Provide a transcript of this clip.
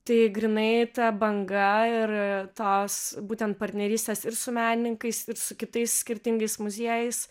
tai grynai ta banga ir tos būtent partnerystės ir su menininkais ir su kitais skirtingais muziejais